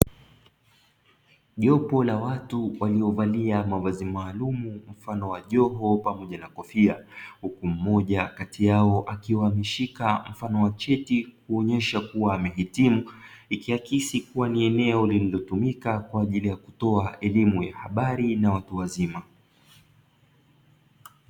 Jopo la watu waliovalia mavazi maalumu mfano wa joho pamoja na kofia huku mmoja kati yao akiwa ameshika mfano wa cheti kuonyesha kua amehitimu, ikiakisi kuwa ni eneo lililotumika kwa ajili ya kutoa elimu ya habari na watu wazima.